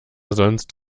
sonst